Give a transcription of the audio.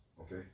Okay